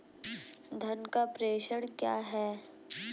धन का प्रेषण क्या है?